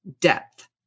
depth